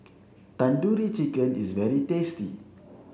Tandoori Chicken is very tasty